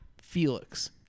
Felix